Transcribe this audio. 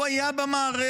הוא היה במערכת.